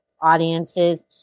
audiences